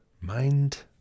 Mind